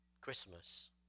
Christmas